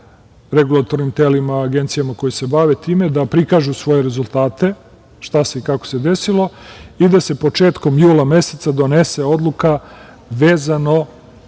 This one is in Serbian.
regulatornim telima, agencijama koje se bave time, da prikažu svoje rezultate, šta se i kako se desilo, i da se početkom jula meseca donese odluka vezano